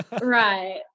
Right